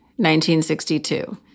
1962